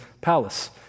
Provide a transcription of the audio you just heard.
palace